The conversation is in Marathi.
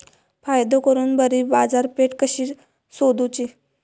फायदो करून बरी बाजारपेठ कशी सोदुची?